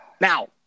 Now